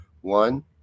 One